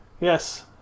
Yes